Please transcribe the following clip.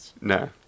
No